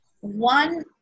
one